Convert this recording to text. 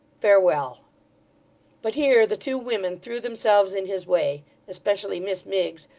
farewell but here the two women threw themselves in his way especially miss miggs,